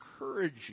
encourage